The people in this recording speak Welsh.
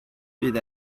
bydd